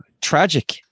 tragic